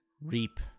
reap